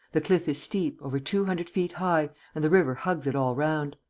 the cliff is steep, over two hundred feet high, and the river hugs it all round.